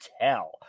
tell